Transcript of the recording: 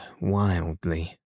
wildly